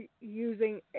using